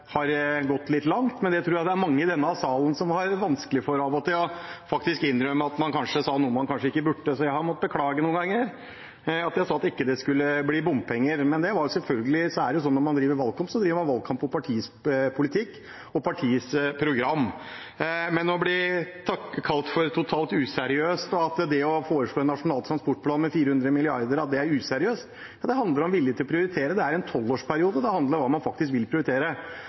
har gått litt langt. Det tror jeg det er mange i denne salen som har vanskelig for av og til – faktisk å innrømme at man sa noe man kanskje ikke burde. Jeg har måttet beklage noen ganger at jeg sa at det ikke skulle bli bompenger, men så er det selvfølgelig sånn at når man driver valgkamp, driver man valgkamp på partiets politikk og partiets program. Men til det å bli kalt totalt useriøs og at det å foreslå en nasjonal transportplan med 400 mrd. kr er useriøst: Det handler om vilje til å prioritere. Det handler om hva man faktisk vil prioritere